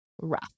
rough